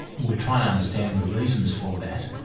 we're trying to understand the reasons for that.